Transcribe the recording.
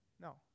No